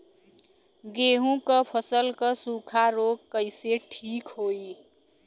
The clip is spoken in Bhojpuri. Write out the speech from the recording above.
गेहूँक फसल क सूखा ऱोग कईसे ठीक होई?